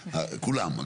כולם,